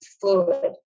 fluid